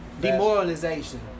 demoralization